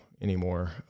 anymore